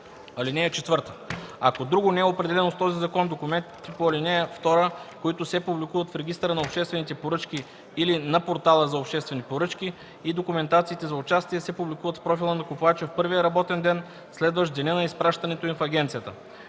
заличаването. (4) Ако друго не е определено с този закон, документите по ал. 2, които се публикуват в Регистъра на обществените поръчки или на Портала за обществени поръчки, и документациите за участие се публикуват в профила на купувача в първия работен ден, следващ деня на изпращането им в агенцията.